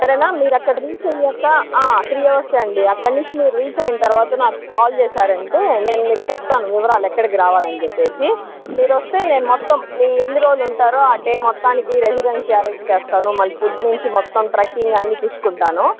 సరేనా మీరక్కడ రీచయ్యాకా త్రీ అవర్సే అండి అక్కడనించి మీరు రీచయిన తర్వాత నాకు కాల్ చేసారంటే నేను మీకు చెప్తాను వివరాలు ఎక్కడికి రావాలనిచెప్పేసి మీరొస్తే నేను మొత్తం మీ ఎన్ని రోజులుంటారో డే మొత్తానికి రెసిడెన్సీ ఆరెంజ్ చేస్తాను మళ్ళీ ఫుడ్ నుంచి మొత్తం ప్రతి ట్రెక్కింగ్ అన్నీ చూసుకుంటాను